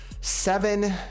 seven